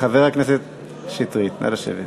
חבר הכנסת שטרית, נא לשבת.